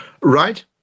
Right